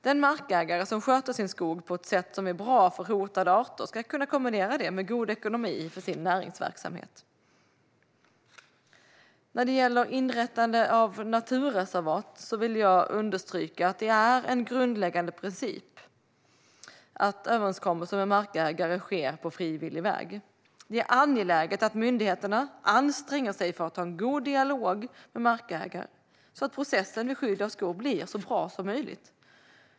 Den markägare som sköter sin skog på ett sätt som är bra för hotade arter ska kunna kombinera det med god ekonomi för sin näringsverksamhet. När det gäller inrättande av naturreservat vill jag understryka att det är en grundläggande princip att överenskommelser med markägare sker på frivillig väg. Det är angeläget att myndigheterna anstränger sig för att ha en god dialog med markägare så att processen vid skydd av skog blir så bra som möjligt.